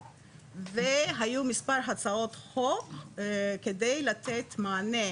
והיו מספר הצעות חוק על מנת לתת מענה